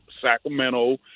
Sacramento